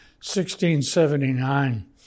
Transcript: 1679